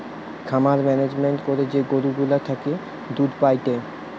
খামার মেনেজমেন্ট করে যে গরু গুলা থেকে দুধ পায়েটে